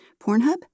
Pornhub